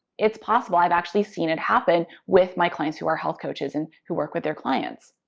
it's possible. i've actually seen it happen with my clients who are health coaches and who work with their clients.